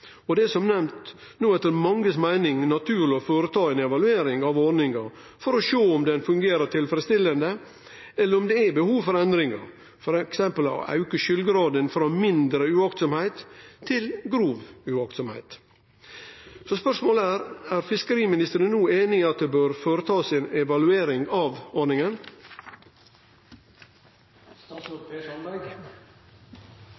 Det er som nemnt – etter mange si meining – naturleg no å gjere ei evaluering av ordninga for å sjå om ho fungerer tilfredsstillande, eller om det er behov for endringar, f.eks. å auke skyldgraden frå mindre aktløyse til grov aktløyse. Spørsmålet er: Er fiskeriministeren einig i at det bør gjennomførast ei evaluering av